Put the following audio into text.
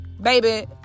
baby